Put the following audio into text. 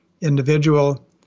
individual